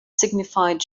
signified